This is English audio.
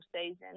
season